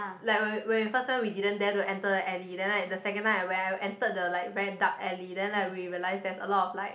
like when we when we first time we didn't dare enter the alley then like the second time I were I entered the like very dark alley then like we realise there's a lot of like